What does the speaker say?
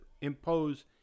impose